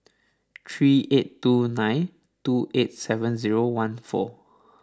three eight two nine two eight seven zero one four